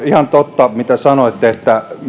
ihan totta se mitä sanoitte